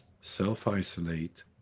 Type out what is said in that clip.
self-isolate